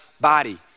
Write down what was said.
body